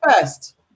first